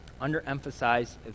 under-emphasize